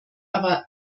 aber